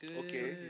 okay